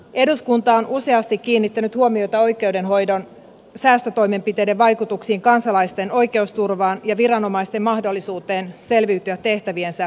eduskunta on useasti kiinnittänyt huomiota oikeudenhoidon säästötoimenpiteiden vaikutuksiin kansalaisten oikeusturvaan ja viranomaisten mahdollisuuteen selviytyä tehtäviensä hoitamisesta